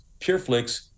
PureFlix